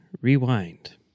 rewind